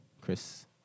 Chris